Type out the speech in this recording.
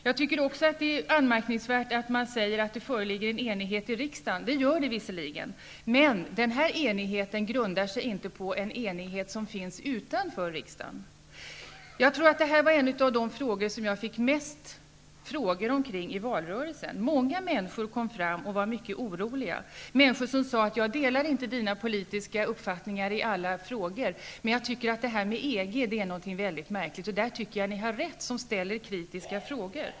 Jag tycker också att det är anmärkningsvärt att man säger att det föreligger enighet i riksdagen. Det gör det visserligen, men den enigheten grundar sig inte på en enighet som finns utanför riksdagen. Jag tror att det här är det område som jag fick mest frågor omkring i valrörelsen. Många människor kom fram och var mycket oroliga, människor som sade: Jag delar inte dina politiska uppfattningar i alla frågor, men jag tycker att det här med EG är någonting väldigt märkligt, och där tycker jag ni har rätt som ställer er kritiska.